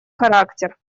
характер